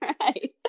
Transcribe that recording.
right